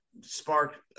spark